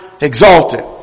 exalted